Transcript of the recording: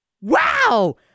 Wow